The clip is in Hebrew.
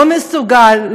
לא מסוגל,